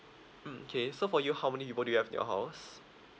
mm K so for you how many people do you have in your house